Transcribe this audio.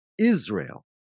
Israel